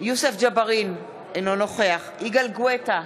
יוסף ג'בארין, אינו נוכח יגאל גואטה,